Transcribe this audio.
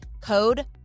Code